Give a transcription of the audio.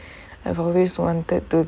I've always wanted to